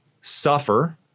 suffer